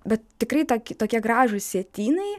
bet tikrai tokie gražūs sietynai